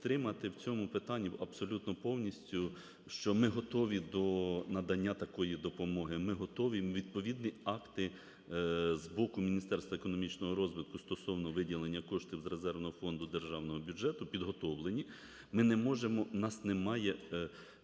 підтримати в цьому питанні абсолютно повністю, що ми готові до надання такої допомоги. Ми готові їм відповідні акти з боку Міністерства економічного розвитку стосовно виділення коштів з резервного фонду державного бюджету підготовлені. Ми не можемо, у нас немає правової